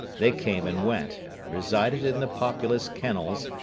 they came and went, resided in the populous kennels,